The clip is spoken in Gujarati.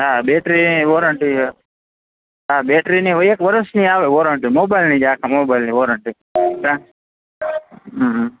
હા બેટરીની વોરંટી હા બેટરીની એક વર્ષની આવે વોરંટી મોબાઇલની જ આખા મોબાઇલની વોરંટી હા હા